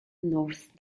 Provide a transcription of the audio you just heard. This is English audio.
north